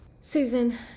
Susan